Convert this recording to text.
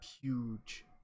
huge